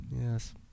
Yes